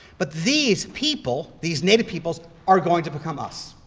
but these people, these native peoples are going to become us.